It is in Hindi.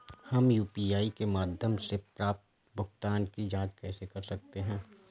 हम यू.पी.आई के माध्यम से प्राप्त भुगतान की जॉंच कैसे कर सकते हैं?